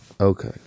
okay